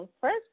first